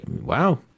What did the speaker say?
wow